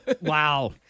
Wow